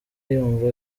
yumva